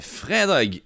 fredag